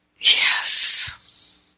Yes